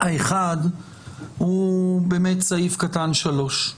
האחד הוא סעיף קטן (3).